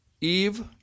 Eve